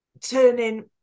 turning